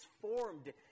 formed